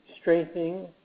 strengthening